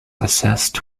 assessed